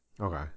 Okay